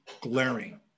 glaring